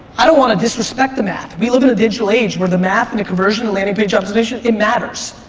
i don't want to disrespect the math. we live in a digital age where the math and the conversion, the landing page optimization it matters.